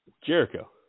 Jericho